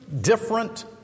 different